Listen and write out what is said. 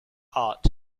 art